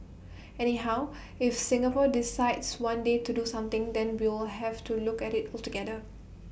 anyhow if Singapore decides one day to do something then we'll have to look at IT altogether